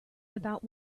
about